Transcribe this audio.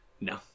no